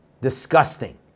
disgusting